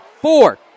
four